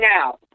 now